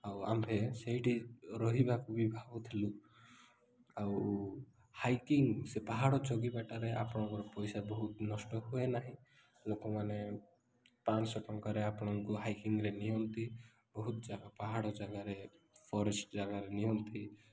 ଆଉ ଆମ୍ଭେ ସେଇଠି ରହିବାକୁ ବି ଭାବୁଥିଲୁ ଆଉ ହାଇକିଙ୍ଗ ସେ ପାହାଡ଼ ଚଗିବାଟାରେ ଆପଣଙ୍କର ପଇସା ବହୁତ ନଷ୍ଟ ହୁଏ ନାହିଁ ଲୋକମାନେ ପାଞ୍ଚଶହ ଟଙ୍କାରେ ଆପଣଙ୍କୁ ହାଇକିଙ୍ଗରେ ନିଅନ୍ତି ବହୁତ ଜାଗା ପାହାଡ଼ ଜାଗାରେ ଫରେଷ୍ଟ ଜାଗାରେ ନିଅନ୍ତି